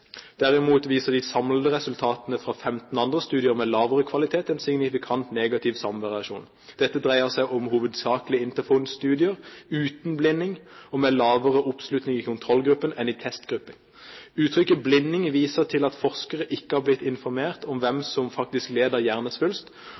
15 andre studier – med lavere kvalitet – en signifikant negativ samvariasjon. Dette dreier seg hovedsakelig om Interphone-studier uten blinding og med lavere oppslutning i kontrollgruppen enn i testgruppen. Uttrykket «blinding» viser til at forskere ikke har blitt informert om hvem